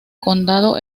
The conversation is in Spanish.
condado